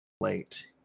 late